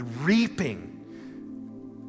reaping